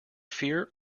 fear